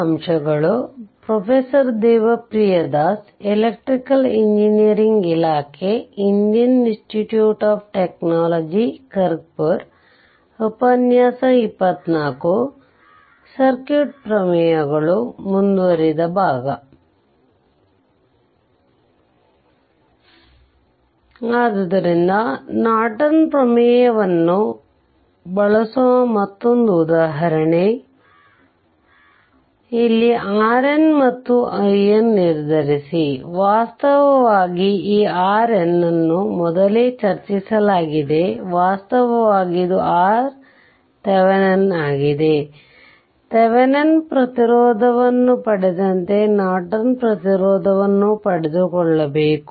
ಆದ್ದರಿಂದ ನಾರ್ಟನ್ ಪ್ರಮೇಯವನ್ನು Norton's theoremಬಳಸುವ ಮತ್ತೊಂದು ಉದಾಹರಣೆ ಇಲ್ಲಿ RN ಮತ್ತು IN ನಿರ್ಧರಿಸಿ ವಾಸ್ತವವಾಗಿ ಈ RN ಅನ್ನು ಮೊದಲೇ ಚರ್ಚಿಸಿಲಾಗಿದೆ ವಾಸ್ತವವಾಗಿ ಇದು RThevenin ಆಗಿದೆ ಥೆವೆನಿನ್ ಪ್ರತಿರೋಧವನ್ನು ಪಡೆದಂತೆ ನಾರ್ಟನ್ ಪ್ರತಿರೋಧವನ್ನು ಪಡೆದುಕೊಳ್ಳಬೇಕು